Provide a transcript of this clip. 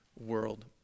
world